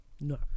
No